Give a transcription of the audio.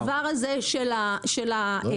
הדבר הזה של הבלעדיות,